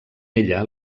ella